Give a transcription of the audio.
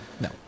No